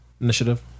initiative